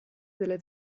della